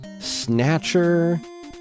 Snatcher